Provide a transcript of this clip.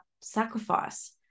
sacrifice